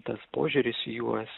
tas požiūris į juos